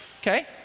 Okay